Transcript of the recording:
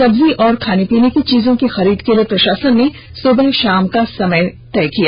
सब्जी और खाने पीने की चीजों की खरीद के लिए प्रशासन ने सुबह शाम समय तय कर दिया